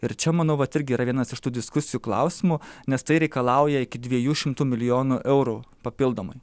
ir čia manau vat irgi yra vienas iš tų diskusijų klausimų nes tai reikalauja iki dviejų šimtų milijonų eurų papildomai